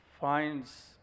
finds